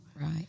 Right